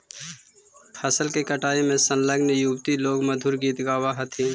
फसल के कटाई में संलग्न युवति लोग मधुर गीत गावऽ हथिन